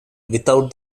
without